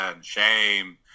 shame